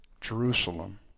Jerusalem